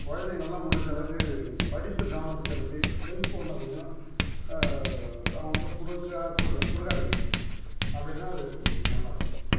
குழந்தைங்களாம் முடிஞ்சளவுக்கு படிப்பு கவனத்தை செலுத்தி செல்ஃபோனை கொஞ்சம் அவங்கள்ட கொடுக்கா கொடுங்க கொடுக்காதீங்க அப்படி இருந்தால் அது கொஞ்சம் நல்லாயிருக்கும்